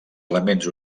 elements